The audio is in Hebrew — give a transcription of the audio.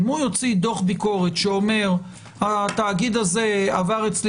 הוא יוציא דוח ביקורת שאומר התאגיד הזה עבר אצלי